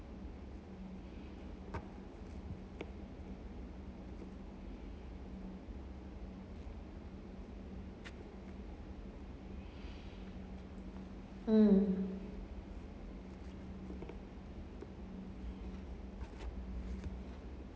mm